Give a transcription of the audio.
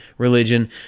religion